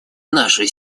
нашу